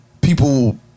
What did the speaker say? people